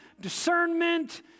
discernment